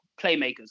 playmakers